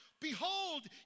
Behold